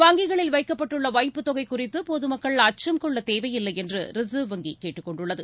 வங்கிகளில் வைக்கப்பட்டுள்ள வைப்புத் தொகை குறித்து பொதுமக்கள் அச்சம் கொள்ளத் தேவையில்லை என்று ரிசர்வ் வங்கி கேட்டுக் கொண்டுள்ளது